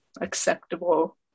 acceptable